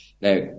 Now